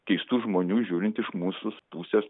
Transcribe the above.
keistų žmonių žiūrint iš mūsų pusės